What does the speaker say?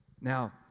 Now